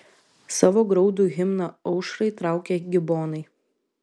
savo graudų himną aušrai traukia gibonai